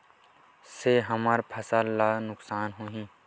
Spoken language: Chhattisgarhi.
से हमर फसल ला नुकसान होही?